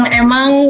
emang